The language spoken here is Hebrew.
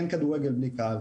אין כדורגל בלי קהל.